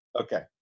Okay